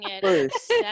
first